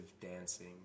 dancing